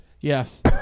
Yes